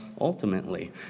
ultimately